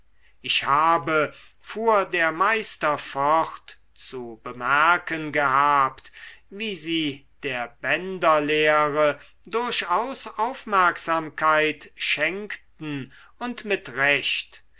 ich habe fuhr der meister fort zu bemerken gehabt wie sie der bänderlehre durchaus aufmerksamkeit schenkten und mit recht